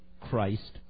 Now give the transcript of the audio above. Christ